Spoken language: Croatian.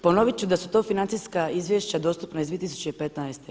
Ponoviti ću da su to financijska izvješća dostupna iz 2015.